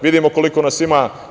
Vidimo koliko nas ima.